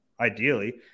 Ideally